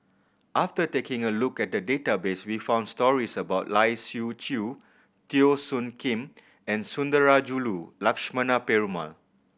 after taking a look at the database we found stories about Lai Siu Chiu Teo Soon Kim and Sundarajulu Lakshmana Perumal